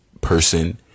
person